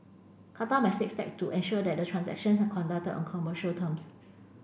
Qatar must take step to ensure that the transactions are conducted on commercial terms